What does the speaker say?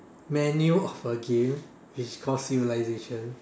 manual of a game which is called civilisation